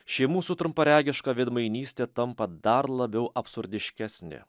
ši mūsų trumparegiška veidmainystė tampa dar labiau absurdiškesnė